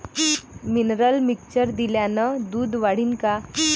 Mineral mixture दिल्यानं दूध वाढीनं का?